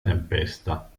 tempesta